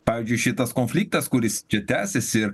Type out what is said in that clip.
pavyzdžiui šitas konfliktas kuris tęsiasi ir